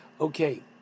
Okay